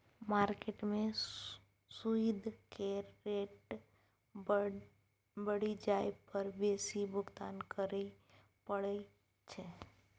market में सूइद केर रेट बढ़ि जाइ पर बेसी भुगतान करइ पड़इ छै